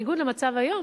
בניגוד למצב היום